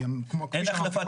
אין החלפת פתקים.